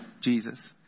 Jesus